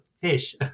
fish